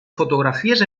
fotografies